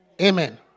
Amen